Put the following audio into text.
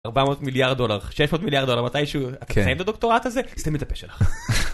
400 מיליארד דולר, 600 מיליארד דולר, מתישהו, אתה תסיים את הדוקטורט הזה? סתום את הפה שלך.